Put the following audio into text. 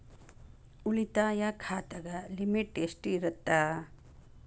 ಉಳಿತಾಯ ಖಾತೆದ ಲಿಮಿಟ್ ಎಷ್ಟ ಇರತ್ತ?